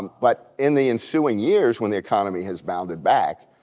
but in the ensuing years when the economy has bounded back,